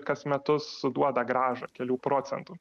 kas metus duoda grąža kelių procentų